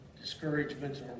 discouragements